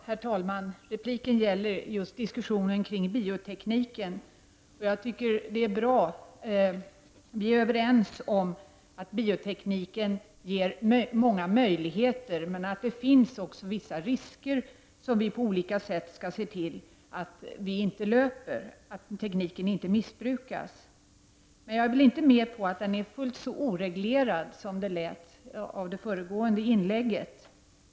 Herr talman! Min replik gäller diskussionen om biotekniken. Vi är överens om att biotekniken ger många möjligheter men att det också finns vissa risker, som vi på olika sätt skall se till att vi inte behöver löpa, dvs. att biotekniken inte missbrukas. Men jag är inte med på att biotekniken är fullt så oreglerad som Karl Erik Olssons inlägg kunde ge intryck av.